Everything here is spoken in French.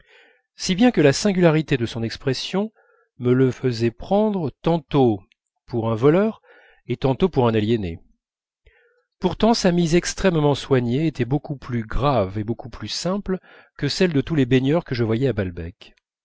si bien que la singularité de son expression me le faisait prendre tantôt pour un voleur et tantôt pour un aliéné pourtant sa mise extrêmement soignée était beaucoup plus grave et beaucoup plus simple que celles de tous les baigneurs que je voyais à balbec